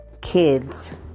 kids